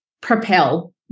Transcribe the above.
propel